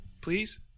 please